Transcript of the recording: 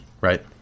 right